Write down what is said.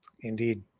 Indeed